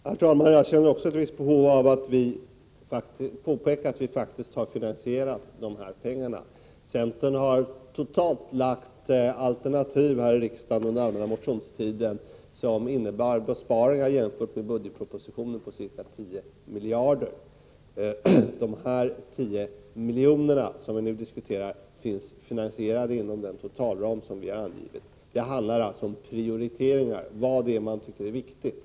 Herr talman! Också jag känner ett visst behov av att påpeka att vi faktiskt har finansierat de nu aktuella satsningarna. Centern har under den allmänna motionstiden här i riksdagen lagt fram alternativa förslag som totalt innebär besparingar på ca 10 miljarder jämfört med budgetpropositionen. De 10 miljoner som vi nu diskuterar är finansierade inom den totalram som vi har angivit. Det handlar alltså om en prioritering av det som man tycker är viktigt.